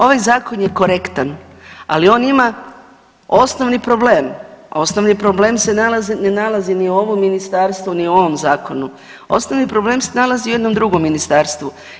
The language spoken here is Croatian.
Ovaj zakon je korektan, ali on ima osnovni problem, a osnovni problem se ne nalazi ni u ovom ministarstvu, ni u ovom zakonu, osnovni problem se nalazi u jednom drugom ministarstvu.